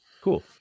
Cool